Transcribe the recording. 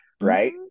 Right